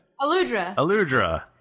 Aludra